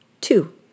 Two